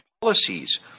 policies